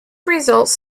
results